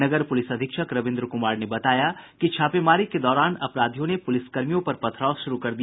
नगर police अधीक्षक रवींद्र कुमार ने बताया कि छापेमारी के दौरान अपराधियों ने पुलिसकर्मियों पर पथराव शुरू कर दिया